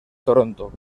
toronto